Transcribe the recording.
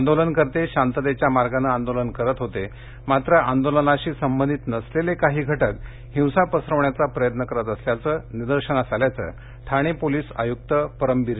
यांदोलनकर्ते शांततेच्या मार्गानं यांदोलन करत होते मात्र आंदोलनाशी संबंधित नसलेले काही घटक हिंसा पसरवण्याचा प्रयव करत असल्याचं निदर्शनास आल्याचं ठाणे पोलीस आयुक्त परम बीर सिंग यांनी सांगितलं